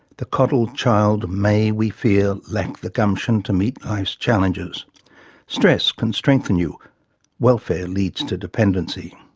the coddled child may, we fear, lack the gumption to meet life's challenges stress can strengthen you welfare leads to dependency.